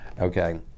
Okay